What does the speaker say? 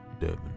Devon